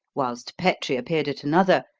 whilst petrie appeared at another,